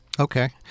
Okay